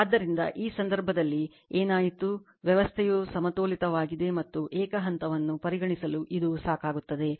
ಆದ್ದರಿಂದ ಈ ಸಂದರ್ಭದಲ್ಲಿ ಏನಾಯಿತು ವ್ಯವಸ್ಥೆಯು ಸಮತೋಲಿತವಾಗಿದೆ ಮತ್ತು ಏಕ ಹಂತವನ್ನು ಪರಿಗಣಿಸಲು ಇದು ಸಾಕಾಗುತ್ತದೆ